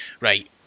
right